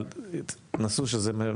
אבל תנסו שזה,